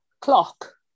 Clock